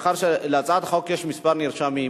להצעת החוק יש כמה נרשמים.